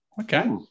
Okay